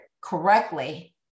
correctly